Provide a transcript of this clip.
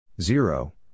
Zero